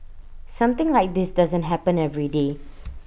something like this doesn't happen every day